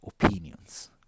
opinions